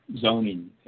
zoning